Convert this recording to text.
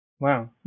Wow